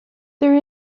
there